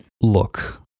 Look